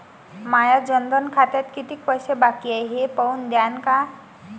माया जनधन खात्यात कितीक पैसे बाकी हाय हे पाहून द्यान का?